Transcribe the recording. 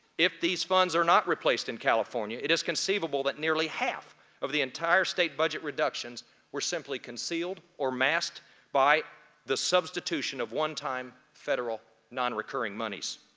if these funds are not replaced in california, it is conceivable that nearly half of the entire state budget reductions were simply concealed or masked by the substation of one-time federal non-recurring monies.